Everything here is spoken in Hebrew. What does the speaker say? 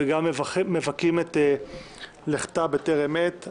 וגם מבכים את לכתה בטרם עת.